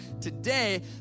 Today